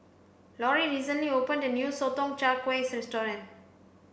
lorrie recently opened a new sotong char kway restaurant